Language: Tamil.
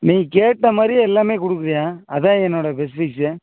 நீ கேட்ட மாதிரியே எல்லாமே கொடுக்குதுயா அதுதான் என்னோடய பெஸ்ட் விஷ்